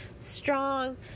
strong